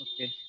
Okay